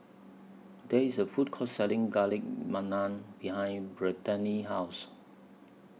There IS A Food Court Selling Garlic behind Brittany's House